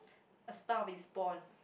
a Star Is Born